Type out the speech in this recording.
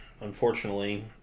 unfortunately